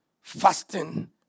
Fasting